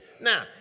Now